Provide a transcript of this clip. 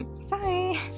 sorry